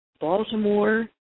Baltimore